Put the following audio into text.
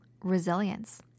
resilience